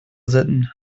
sitten